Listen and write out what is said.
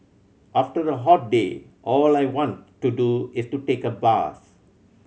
after a hot day all I want to do is to take a bath